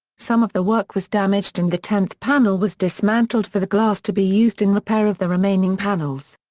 some of the work was damaged and the tenth panel was dismantled for the glass to be used in repair of the remaining panels.